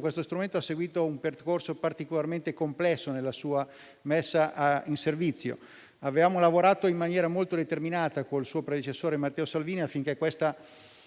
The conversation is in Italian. questo strumento ha seguito un percorso particolarmente complesso nella sua messa in servizio. Avevamo lavorato in maniera molto determinata con il suo predecessore, Matteo Salvini, affinché fosse